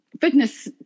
fitness